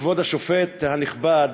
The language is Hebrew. כבוד השופט הנכבד,